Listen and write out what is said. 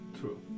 true